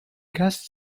caste